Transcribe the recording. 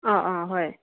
ꯑꯥ ꯑꯥ ꯍꯣꯏ